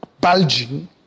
bulging